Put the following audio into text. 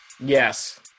Yes